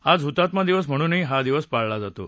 आज हुतात्मा दिवस म्हणूनही हा दिवस पाळला जातो